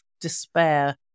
despair